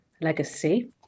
legacy